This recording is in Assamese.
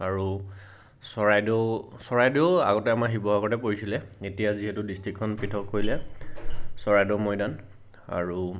আৰু চৰাইদেউ চৰাইদেউ আগতে আমাৰ শিৱসাগতে পৰিছিলে এতিয়া যিহেতু ডিষ্ট্ৰিকখন পৃথক কৰিলে চৰাইদেউ মৈদাম আৰু